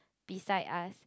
beside us